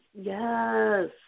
yes